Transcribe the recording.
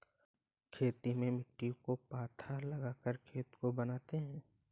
खेती में मिट्टी को पाथा लगाकर खेत को बनाते हैं?